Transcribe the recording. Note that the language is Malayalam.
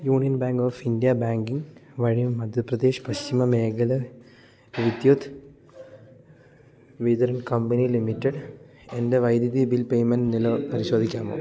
union Bank of India banking വഴി മദ്ധ്യപ്രദേശ് പശ്ചിമ മേഖല വിദ്യുത് വിതരൺ കമ്പനി ലിമിറ്റഡ് എൻറ്റെ വൈദ്യുതി ബിൽ പേമെൻറ്റ് നില പരിശോധിക്കാമോ